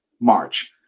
March